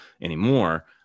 anymore